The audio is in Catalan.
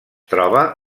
troba